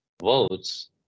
votes